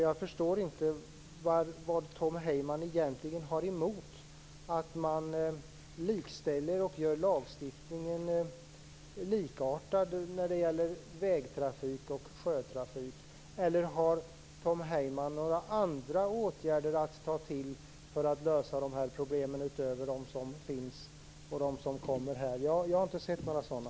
Jag förstår inte vad Tom Heyman egentligen har emot att göra lagstiftningen likartad när det gäller vägtrafik och sjötrafik. Har Tom Heyman några andra åtgärder att ta till för att lösa de här problemen, utöver de som redan finns och de som föreslås i betänkandet? Jag har inte sett några sådana.